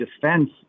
defense